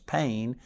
pain